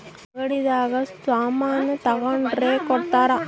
ಅಂಗಡಿ ದಾಗ ಸಾಮನ್ ತಗೊಂಡ್ರ ಕೊಡ್ತಾರ